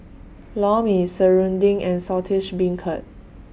Lor mMe Serunding and Saltish Beancurd